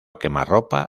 quemarropa